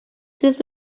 please